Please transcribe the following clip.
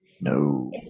No